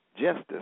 justice